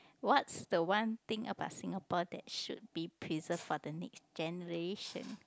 what's the one thing about Singapore that should be preserved for the next generation